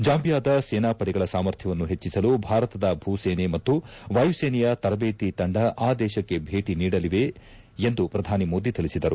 ಜಾಂಬಿಯಾದ ಸೇನಾ ಪಡೆಗಳ ಸಾಮರ್ಥ್ಯವನ್ನು ಹೆಚ್ಚಿಸಲು ಭಾರತದ ಭೂ ಸೇನೆ ಮತ್ತು ವಾಯು ಸೇನೆಯ ತರಬೇತಿ ತಂಡ ಆ ದೇಶಕ್ಕೆ ಭೇಟಿ ನೀಡಲಿದೆ ಎಂದು ಪ್ರಧಾನಿ ಮೋದಿ ತಿಳಿಸಿದರು